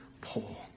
Paul